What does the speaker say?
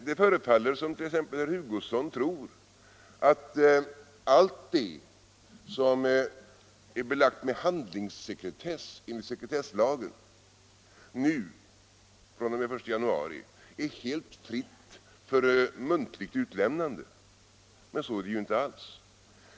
Det förefaller t.ex. som om herr Hugosson tror att allt det som är belagt med handlingssekretess enligt sekretesslagen nu fr.o.m. den 1 januari är alldeles fritt för muntligt utlämnande. Men så är det ju inte alls.